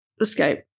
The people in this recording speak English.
escape